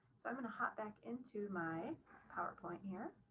so i'm going to hop back into my powerpoint here.